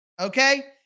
Okay